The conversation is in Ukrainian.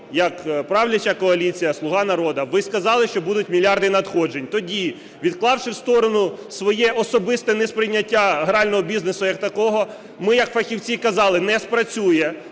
як правляча коаліція, "Слуга народу", ви сказали, що будуть мільярди надходжень. Тоді, відклавши в сторону своє особисте несприйняття грального бізнесу як такого, ми як фахівці казали, не спрацює,